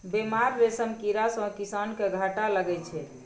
बेमार रेशम कीड़ा सँ किसान केँ घाटा लगै छै